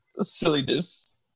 silliness